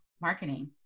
marketing